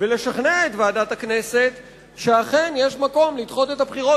ולשכנע את ועדת הכנסת שאכן יש מקום לדחות את הבחירות,